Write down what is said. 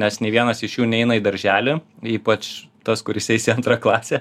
nes nei vienas iš jų neina į darželį ypač tas kuris eis į antrą klasę